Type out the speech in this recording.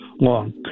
long